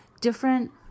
different